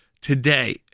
today